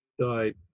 died